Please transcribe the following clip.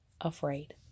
afraid